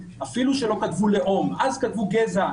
אפילו שלא כתוב לאום אלא כתוב גזע.